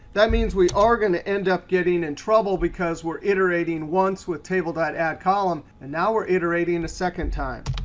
that means we are going to end up getting in trouble because we're iterating once with table addcolumn and now we're iterating and a second time.